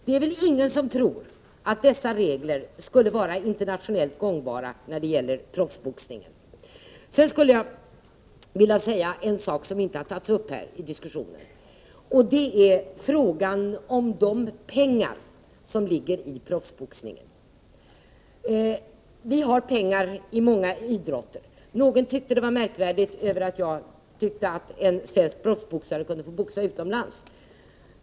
Det är väl ingen som tror att dessa regler skulle vara internationellt gångbara inom proffsboxningen. En sak som inte har tagits upp i diskussionen gäller frågan om de pengar som ligger i den professionella boxningen. Det förekommer pengar i många idrotter. Någon tyckte det var märkvärdigt att jag ansåg att en svensk proffsboxare kunde få boxas utomlands.